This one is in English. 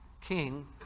king